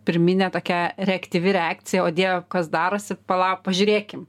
pirminė tokia reaktyvi reakcija o dieve kas darosi palauk pažiūrėkim